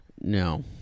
No